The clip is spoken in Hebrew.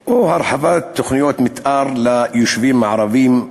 או הרחבת תוכניות מתאר ליישובים הערביים בכלל.